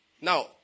Now